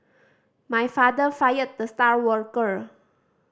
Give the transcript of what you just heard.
my father fired the star worker